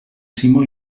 simó